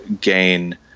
gain